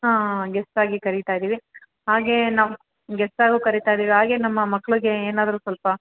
ಹಾಂ ಗೆಸ್ಟಾಗಿ ಕರೀತಾ ಇದ್ದೀವಿ ಹಾಗೆ ನಮ್ಮ ಗೆಸ್ಟಾಗೂ ಕರೀತಾ ಇದ್ದೀವಿ ಹಾಗೆ ನಮ್ಮ ಮಕ್ಕಳಿಗೆ ಏನಾದರೂ ಸ್ವಲ್ಪ